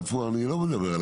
אני לא מדבר,